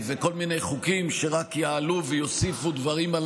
כל מיני חוקים שרק יעלו ויוסיפו דברים על